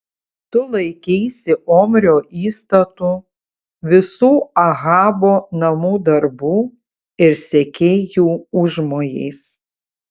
tu laikeisi omrio įstatų visų ahabo namų darbų ir sekei jų užmojais